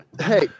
hey